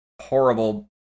horrible